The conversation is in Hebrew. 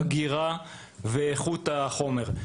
אגירה ואיכות החומר,